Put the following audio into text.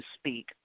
speak